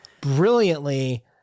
brilliantly